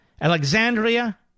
Alexandria